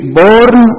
born